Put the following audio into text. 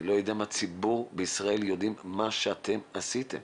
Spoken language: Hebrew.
אני לא יודע אם הציבור בישראל יודעים את מה שאתם עשיתם.